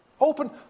Open